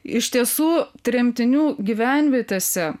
iš tiesų tremtinių gyvenvietėse